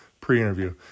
pre-interview